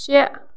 شےٚ